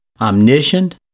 omniscient